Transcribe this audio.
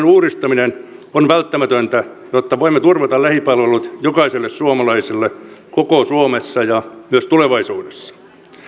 uudistaminen on välttämätöntä jotta voimme turvata lähipalvelut jokaiselle suomalaiselle koko suomessa ja myös tulevaisuudessa